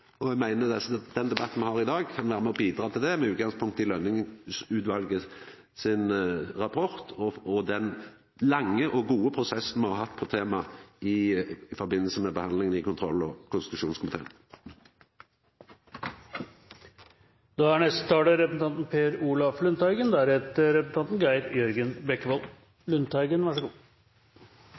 ha. Eg ser fram til at Grunnlova blir eit endå heitare tema ute blant folk flest, og eg meiner at debatten me har i dag, kan vera med å bidra til det, med utgangspunkt i Lønning-utvalets rapport og den lange og gode prosessen me har hatt på temaet i forbindelse med behandlinga i kontroll- og